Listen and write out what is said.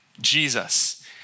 Jesus